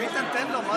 איתן, תן לו.